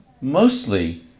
Mostly